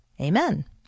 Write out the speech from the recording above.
Amen